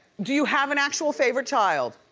do you have an actual favorite child?